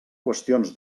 qüestions